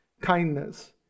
kindness